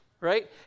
right